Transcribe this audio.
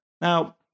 Now